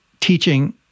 teaching